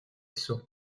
sort